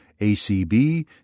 ACB